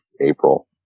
April